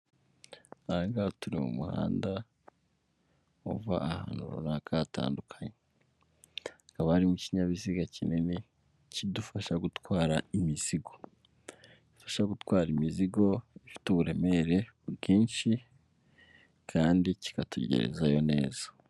Ahangaha turi mu muhanda uva ahantu runaka hatandukanye kaba harimo ikinyabiziga kinini kidufasha gutwara imizigo ifasha gutwara imizigo ifite uburemere bwinshi kandi kikatugerezayo neza.